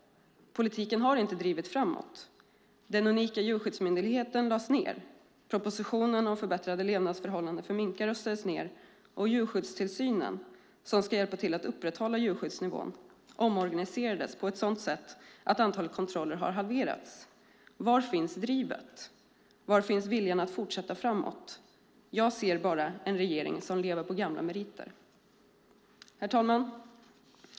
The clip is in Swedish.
Politiken har inte drivit framåt. Den unika Djurskyddsmyndigheten har lagts ned, propositionen om förbättrade levnadsförhållanden för minkar har ställts åt sidan och djurskyddstillsynen, som ska hjälpa till att upprätthålla djurskyddsnivån, har omorganiserats på ett sådant sätt att antalet kontroller har halverats. Var finns drivet? Var finns viljan att fortsätta framåt? Jag ser bara en regering som lever på gamla meriter. Herr talman!